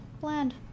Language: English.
bland